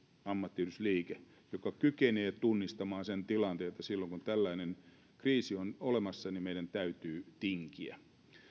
ammattiyhdistysliike joka kykenee tunnistamaan sen tilanteen että silloin kun tällainen kriisi on olemassa meidän täytyy tinkiä